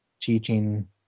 teaching